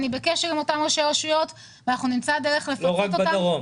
אני בקשר עם אותם ראשי רשויות ואנחנו נמצא דרך לפצות אותם